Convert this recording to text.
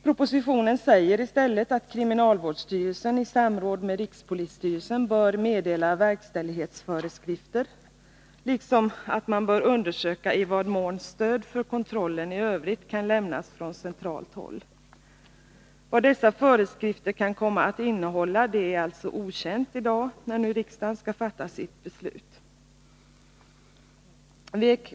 Propositionen säger i stället att kriminalvårdsstyrelsen i samråd med rikspolisstyrelsen bör meddela verkställighetsföreskrifter, liksom att man bör undersöka i vad mån stöd för kontrollen i övrigt kan lämnas från centralt håll. Vad dessa föreskrifter kan komma att innehålla är alltså okänt i dag när riksdagen skall fatta sitt beslut.